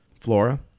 Flora